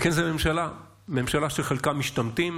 זו ממשלה שחלקה משתמטים